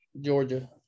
Georgia